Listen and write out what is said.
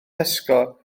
tesco